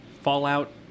fallout